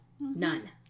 None